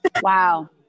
wow